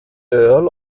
earl